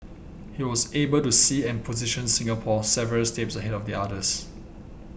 he was able to see and position Singapore several steps ahead of the others